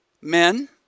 men